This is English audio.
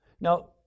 Now